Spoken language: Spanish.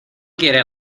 quiere